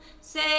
say